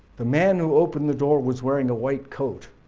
the man who opened the door was wearing a white coat,